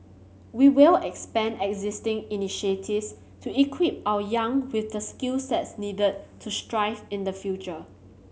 we will expand existing initiatives to equip our young with the skill sets needed to thrive in the future